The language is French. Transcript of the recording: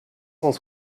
cent